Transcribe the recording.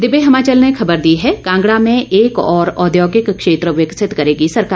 दिव्य हिमाचल ने खबर दी है कांगड़ा में एक और औद्योगिक क्षेत्र विकसित करेगी सरकार